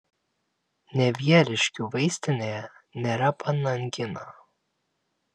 nevieriškių vaistinėje nėra panangino